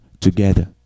together